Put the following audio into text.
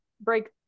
break